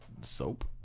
Soap